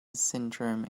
syndrome